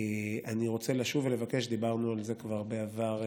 אני רוצה לשוב ולבקש, דיברנו על זה כבר בעבר,